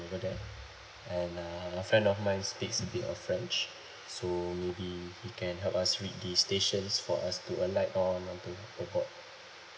over there and uh a friend of mine speaks a bit of french so maybe he can help us to read the stations for us to alight on or to aboard